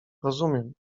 rozumiem